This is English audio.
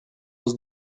was